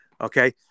okay